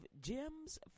Gems